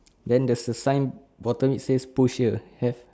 then there's a sign bottom it says push here have